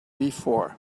before